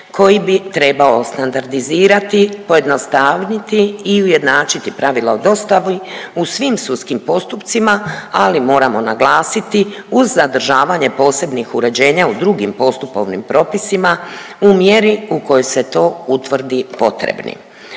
koji bi trebao standardizirati, pojednostaviti i ujednačiti pravila o dostavi u svim sudskim postupcima ali moramo naglasiti uz zadržavanje posebnih uređenja u drugim postupovnim propisima u mjeri u kojoj se to utvrdi potrebnim.